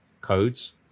codes